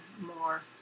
more